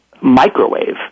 microwave